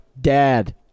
Dad